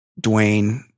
Dwayne